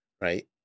right